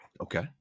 Okay